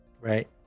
Right